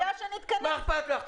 אני מציעה שנתכנס -- מה אכפת לך,